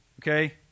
Okay